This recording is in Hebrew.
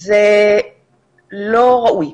זה לא ראוי,